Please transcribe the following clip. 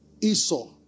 Esau